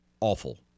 awful